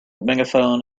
megaphone